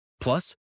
Plus